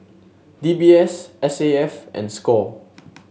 D B S S A F and Score